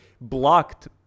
blocked